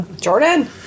Jordan